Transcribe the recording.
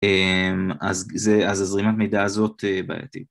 אז זה זרימת מידע הזאת בעייתי